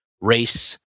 race